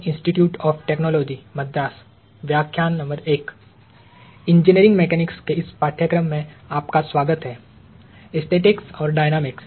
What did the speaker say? engineering mechanics के इस पाठ्यक्रम में आपका स्वागत है - स्टैटिक्स और डायनामिक्स